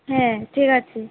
হ্যাঁ ঠিক আছে